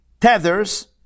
tethers